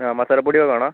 ആ മസാല പൊടിയൊക്കെ വേണോ